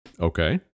Okay